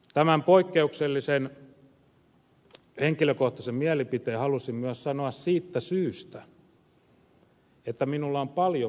tämän poikkeuksellisen henkilökohtaisen mielipiteen halusin myös sanoa siitä syystä että minulla on paljon maahanmuuttajaäänestäjiä